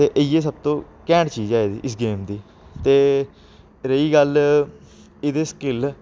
ते इ'यै सब तू कैंट चीज़ ऐ एह्दी इस गेम दी ते रेही गल्ल एह्दे स्किल